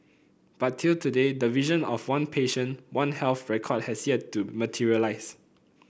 but till today the vision of one patient one health record has yet to materialise